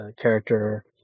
character